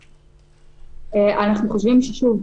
שוב,